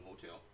Hotel